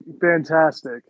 fantastic